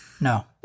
No